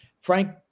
Frank